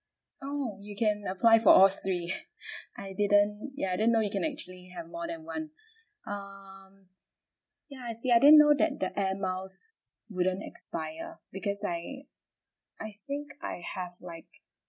oh you can apply for all three I didn't ya I didn't know you can actually have more than one um ya I think I didn't know that the air miles wouldn't expire because I I think I have like